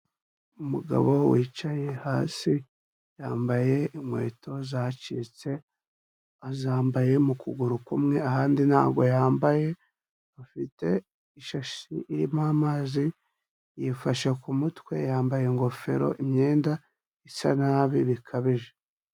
Umugabo wicaye hasi, yambaye inkweto zacitse, azambaye mu kuguru kumwe ahandi ntabwo yambaye, afite ishashi irimo amazi, yifashe ku mutwe, yambaye ingofero, imyenda isa nabi bikabije.